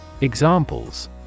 Examples